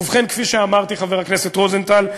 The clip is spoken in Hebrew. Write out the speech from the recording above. ובכן, כפי שאמרתי, חבר הכנסת רוזנטל,